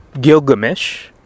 Gilgamesh